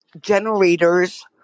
Generators